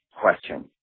question